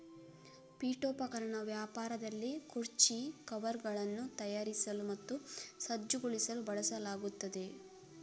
ಪೀಠೋಪಕರಣ ವ್ಯಾಪಾರದಲ್ಲಿ ಕುರ್ಚಿ ಕವರ್ಗಳನ್ನು ತಯಾರಿಸಲು ಮತ್ತು ಸಜ್ಜುಗೊಳಿಸಲು ಬಳಸಲಾಗುತ್ತದೆ